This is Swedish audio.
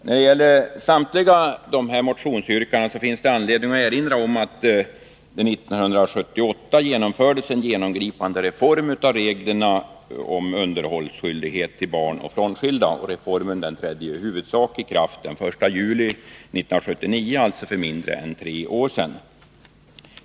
När det gäller samtliga dessa motionsyrkanden finns det anledning att erinra om att det 1978 genomfördes en genomgripande reform av reglerna om underhållsskyldighet till barn och frånskilda. Reformen trädde i huvudsak i kraft den 1 juli 1979, alltså för mindre än tre år sedan.